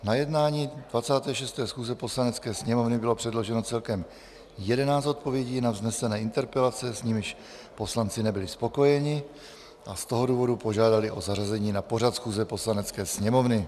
Na jednání 26. schůze Poslanecké sněmovny bylo předloženo celkem jedenáct odpovědí na vznesené interpelace, s nimiž poslanci nebyli spokojeni, a z toho důvodu požádali o zařazení na pořad schůze Poslanecké sněmovny.